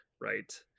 Right